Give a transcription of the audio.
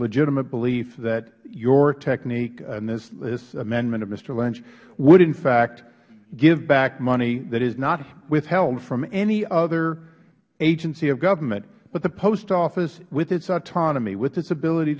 legitimate belief that your technique and this amendment of mister lynch would in fact give back money that is not withheld from any other agency of government but the post office with its autonomy with its ability